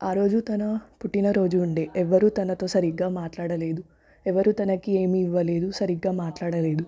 రోజు తన పుట్టినరోజు ఉండే ఎవ్వరూ తనతో సరిగ్గా మాట్లాడలేదు ఎవ్వరూ తనకి ఏమీ ఇవ్వలేదు సరిగ్గా మాట్లాడలేదు